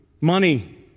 money